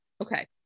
Okay